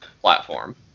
platform